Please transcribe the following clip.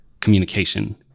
communication